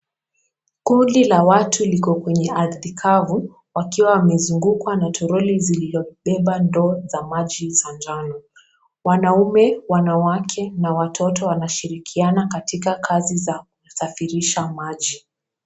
Kundi la watu liko kwenye ardhi kavu wakiwa wamezungukwa na toroli zilizobeba ndoo za maji za njano. Wanaume, wanawake na watoto wanashirikiana katika kazi za kusafirisha maji.